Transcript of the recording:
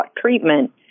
treatment